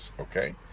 okay